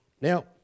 Now